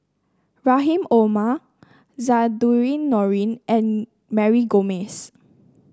Rahim Omar Zainudin Nordin and Mary Gomes